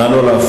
נא לא להפריע.